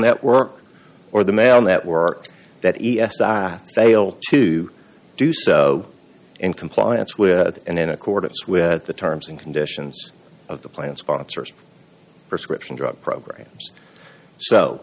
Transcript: network or the mail network that e t s i fail to do so in compliance with and in accordance with the terms and conditions of the plan sponsors prescription drug programs so